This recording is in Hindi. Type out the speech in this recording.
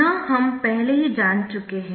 यह हम पहले ही जान चुके है